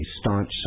staunch